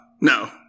no